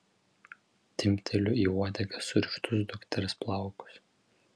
timpteliu į uodegą surištus dukters plaukus